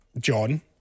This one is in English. John